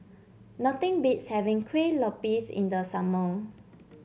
nothing beats having Kuih Lopes in the summer